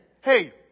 Hey